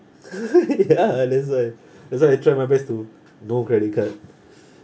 ya that's why that's why I try my best to no credit card